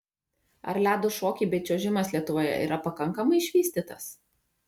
ar ledo šokiai bei čiuožimas lietuvoje yra pakankamai išvystytas